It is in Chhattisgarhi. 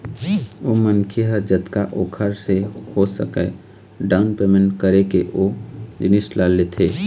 ओ मनखे ह जतका ओखर से हो सकय डाउन पैमेंट करके ओ जिनिस ल लेथे